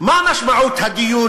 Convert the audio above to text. מה משמעות הדיון